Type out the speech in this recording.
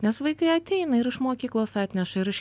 nes vaikai ateina ir iš mokyklos atneša ir iš